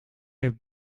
heeft